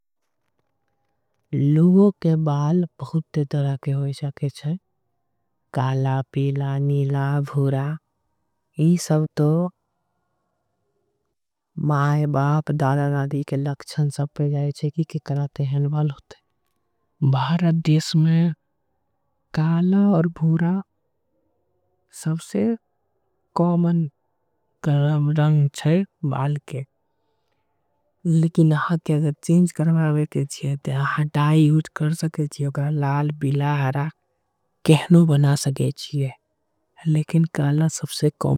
लोगों के बाल कई तरह के होई जाई छे। जैसे कि लाल, पीला, नीला, ई सब त। माय बाप से आबे वाला गुन जाई छे भारत। देश में काला आऊर भूरा सबसे कॉमन रंग छे। लेकिन एहा के चेंज करबाबे के चाही त डाई यूज। करे के छे लेकिन काला सब से कॉमन रंग छीया।